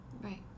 right